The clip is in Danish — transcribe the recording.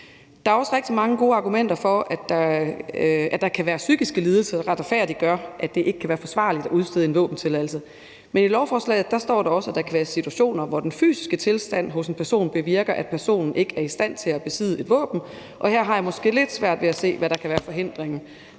Der er også rigtig mange gode argumenter for, at der kan være psykiske lidelser, der retfærdiggør, at det ikke kan være forsvarligt at udstede en våbentilladelse. Men i lovforslaget står der også, at der kan være situationer, hvor den fysiske tilstand hos en person bevirker, at personen ikke er i stand til at besidde et våben, og her har jeg måske lidt svært ved at se, hvad der kan være forhindringen.